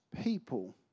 people